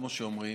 כמו שאומרים,